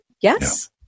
Yes